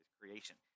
creation